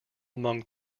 among